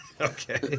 Okay